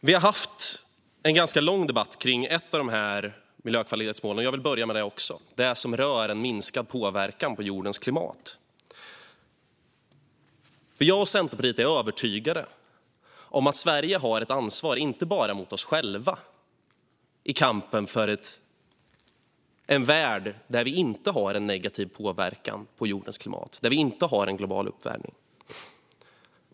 Vi har haft en ganska lång debatt kring ett av miljökvalitetsmålen. Jag vill börja med det. Det är det som rör en minskad påverkan på jordens klimat. Jag och Centerpartiet är övertygade om att Sverige har ett ansvar inte bara mot oss själva i kampen för en värld där vi inte har en negativ påverkan på jordens klimat och där vi inte har en global uppvärmning.